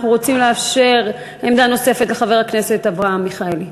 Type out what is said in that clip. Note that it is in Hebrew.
אנחנו רוצים לאפשר עמדה נוספת לחבר הכנסת אברהם מיכאלי.